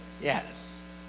Yes